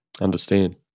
understand